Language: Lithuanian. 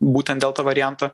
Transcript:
būtent delta variantą